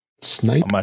Snipe